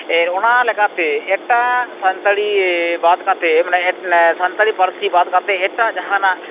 ᱚᱱᱟ ᱞᱮᱠᱟᱛᱮ ᱮᱴᱟᱜ ᱥᱟᱱᱛᱟᱲᱤ ᱵᱟᱫ ᱠᱟᱛᱮ ᱥᱟᱱᱛᱟᱲᱤ ᱯᱟᱹᱨᱥᱤ ᱵᱟᱫ ᱠᱟᱛᱮ ᱮᱴᱟᱜ ᱡᱟᱦᱟᱱᱟᱜ